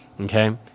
Okay